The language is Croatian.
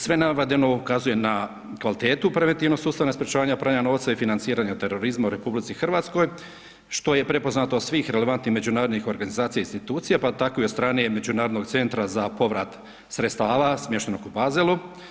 Sve navedeno ukazuje na kvalitetu preventivnog sustava sprječavanja novca i financiranja terorizma u Republici Hrvatskoj, što je prepoznato od svih relevantnih međunarodnih organizacija i institucija, pa tako i od strane Međunarodnog centra za povrat sredstava smještenog u Baselu.